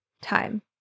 time